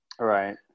Right